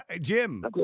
Jim